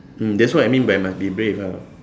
mm that's what I mean by must be brave ah